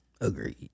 Agreed